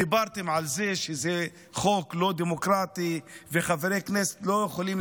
דיברתם על זה שזה חוק לא דמוקרטי וחברי כנסת לא יכולים